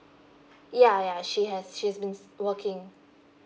yeah yeah she has she's been s~ working